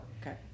okay